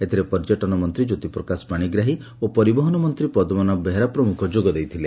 ଏଥିରେ ପର୍ଯ୍ୟଟନ ମନ୍ତୀ ଜ୍ୟୋତିପ୍ରକାଶ ପାଶିଗ୍ରାହୀ ଓ ପରିବହନ ମନ୍ତୀ ପଦୁନାଭ ବେହେରା ପ୍ରମୁଖ ଯୋଗ ଦେଇଥିଲେ